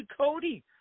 Cody